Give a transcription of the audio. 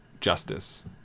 justice